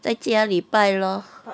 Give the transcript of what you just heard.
在家里拜 lor